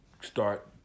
start